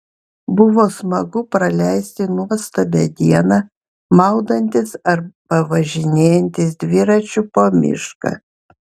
buvo smagu praleisti nuostabią dieną maudantis arba važinėjantis dviračiu po mišką